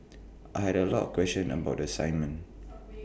I had A lot of questions about the assignment